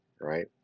right